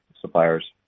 suppliers